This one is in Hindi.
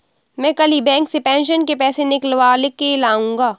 मैं कल ही बैंक से पेंशन के पैसे निकलवा के लाया हूँ